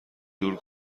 دور